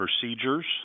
procedures